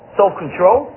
self-control